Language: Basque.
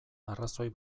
arrazoi